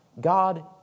God